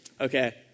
Okay